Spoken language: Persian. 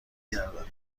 گردم